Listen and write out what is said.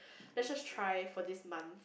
let's just try for this month